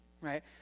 right